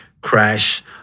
crash